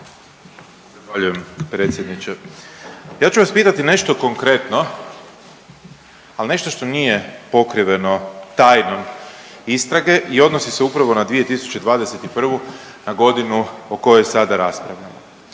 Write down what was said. Zahvaljujem predsjedniče. Ja ću vas pitati nešto konkretno, ali nešto što nije pokriveno tajnom istrage i odnosi se upravo na 2021. na godinu o kojoj sada raspravljamo.